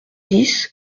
dix